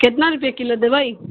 कितना रुपए किलो देबै